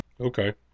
Okay